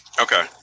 Okay